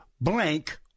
blank